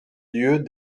lieux